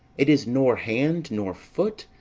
it is nor hand, nor foot,